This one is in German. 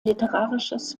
literarisches